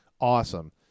Awesome